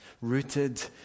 rooted